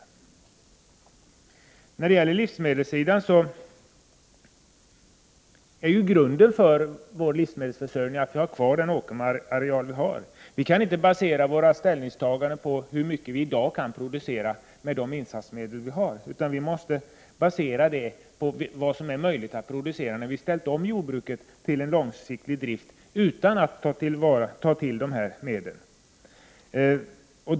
När det gäller livsmedelssidan är grunden för vår livsmedelsförsörjning att vi har kvar den åkerareal som vi nu har. Vi kan inte basera våra ställningstaganden på hur mycket vi i dag kan producera med de insatsmedel vi har nu, utan vi måsta grunda dem på vad som är möjligt att producera när vi ställt om jordbruket på långsiktig drift utan att ta till dessa medel.